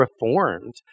reformed